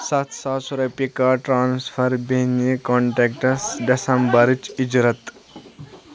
سَتھ ساس رۄپیہِ کَر ٹرٛانسفر بیٚنہِ کانٹٮ۪کٹَس دَسمبرٕچ اِجرت